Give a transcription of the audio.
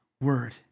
Word